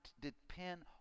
depend